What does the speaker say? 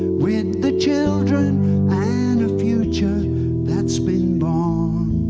with the children and a future that's been born.